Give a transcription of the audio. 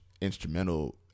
instrumental